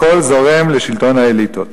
הכול זורם לשלטון האליטות.